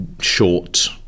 short